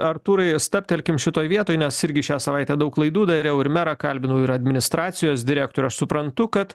artūrai stabtelkim šitoj vietoj nes irgi šią savaitę daug laidų dariau ir merą kalbinau ir administracijos direktorių aš suprantu kad